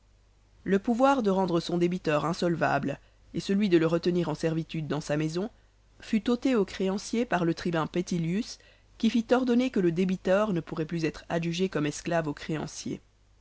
le pouvoir de rendre son débiteur insolvable et celui de le retenir en servitude dans sa maison fut ôté aux créanciers par le tribun petilius qui fit ordonner que le débiteur ne pourrait plus être adjugé comme esclave au créancier